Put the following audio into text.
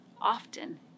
often